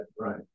Right